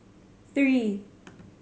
three